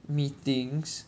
meetings